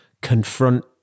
confront